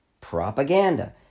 propaganda